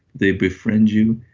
they befriend you,